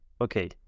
okay